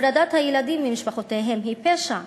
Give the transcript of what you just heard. הפרדת הילדים ממשפחותיהם היא פשע.